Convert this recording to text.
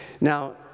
Now